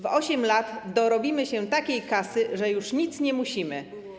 W 8 lat dorobimy się takiej kasy, że już nic nie musimy.